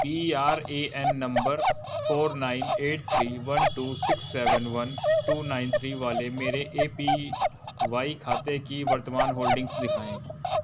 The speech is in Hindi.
P R A N number four nine eight three one two six seven one two nine three वाले मेरे ए पी वाई खाते की वर्तमान होल्डिंग्स दिखाएँ